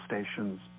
stations